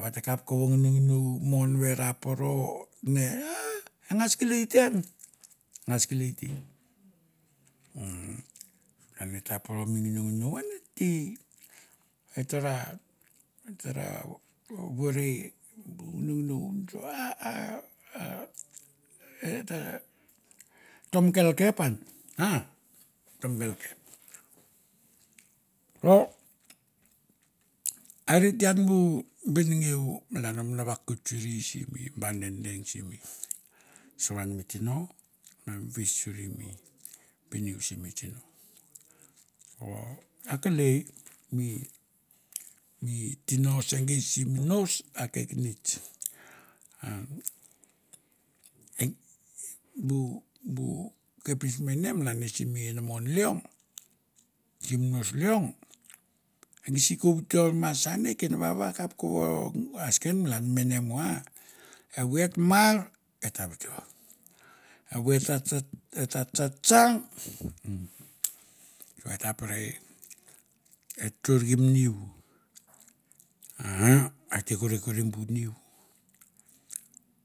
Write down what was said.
vata kap kovo nginonginou mon ve ra poro ne 'h' a ngas kelei te an, a ngas kelei te, umm eta poro mi nginonginou an et te, et ta ra. et ta ra vore bu ngino nginou notso a a eta tomke lelep an ha tomke lekep o are te an bu benengeu malan om no vakoit suri simi b dedeng simi savan mi tino. mam ves suri mi bengeu simi tino. So akelei mi tino se gei sim nos akekenets. Umm ang bu bu kapnets mene simi inamon leong, simi nos leong a gi si ko vitor ma sa ne kenvava a kap kovo, a kesen malan mi mene mo ha evoi et mar eta vitor, evoi et ta tsa tsang, umm et ta pere e tsorke me niu, umm a et te kore kore.